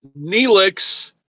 Neelix